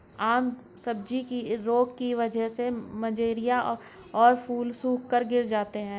आम सब्जी रोग की वजह से मंजरियां और फूल सूखकर गिर जाते हैं